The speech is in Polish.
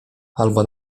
albo